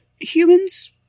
humans